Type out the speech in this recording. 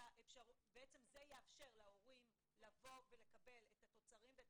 זה יאפשר להורים לקבל את התוצרים ואת